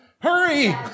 Hurry